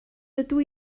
dydw